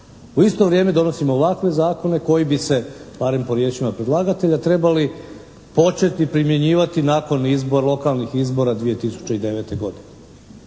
U isto vrijeme donosimo ovakve zakone koji bi se barem po riječima predlagatelja trebali početi primjenjivati nakon lokalnih izbora 2009. godine.